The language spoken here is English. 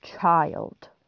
child